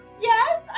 Yes